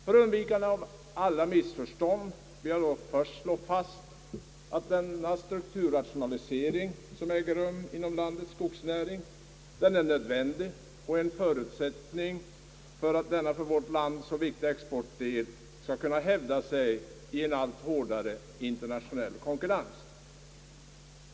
För undvikande av alla missförstånd vill jag dock först slå fast, att den strukturrationalisering som äger rum inom landets skogsnäring är nödvändig och en förutsättning för att denna för vårt land så viktiga exportdel skall kunna hävda sig i en allt hårdare internationell konkurrens.